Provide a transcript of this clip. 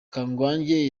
kangwagye